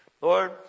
Lord